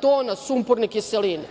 tona sumporne kiseline,